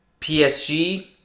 PSG